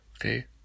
okay